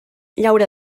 llaura